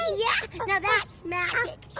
yeah now that's magic.